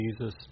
Jesus